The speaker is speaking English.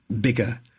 bigger